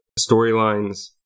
storylines